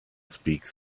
speaks